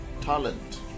talent